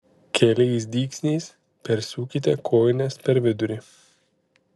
keliais dygsniais persiūkite kojines per vidurį